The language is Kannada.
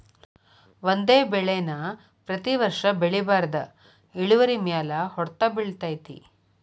ಒಂದೇ ಬೆಳೆ ನಾ ಪ್ರತಿ ವರ್ಷ ಬೆಳಿಬಾರ್ದ ಇಳುವರಿಮ್ಯಾಲ ಹೊಡ್ತ ಬಿಳತೈತಿ